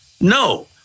No